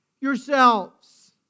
yourselves